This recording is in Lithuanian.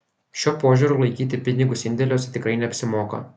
šiuo požiūriu laikyti pinigus indėliuose tikrai neapsimoka